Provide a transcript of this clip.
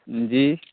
جی